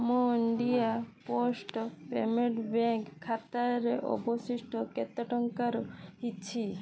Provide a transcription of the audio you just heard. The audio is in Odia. ମୋ ଇଣ୍ଡିଆ ପୋଷ୍ଟ୍ ପେମେଣ୍ଟ୍ ବ୍ୟାଙ୍କ୍ ଖାତାରେ ଅବଶିଷ୍ଟ କେତେ ଟଙ୍କା ରହିଛି